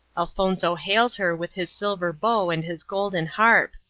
elfonzo hails her with his silver bow and his golden harp.